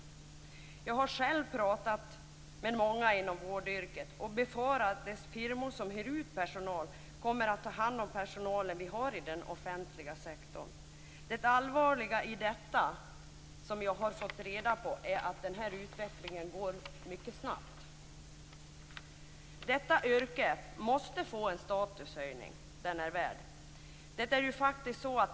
Jag har själv pratat med många inom vårdyrket och befarat att de firmor som hyr ut personal kommer att ta hand om den personal vi har i den offentliga sektorn. Det allvarliga i detta är, som jag har fått reda på, att den här utvecklingen går mycket snabbt. Detta yrke måste få den statushöjning det är värt.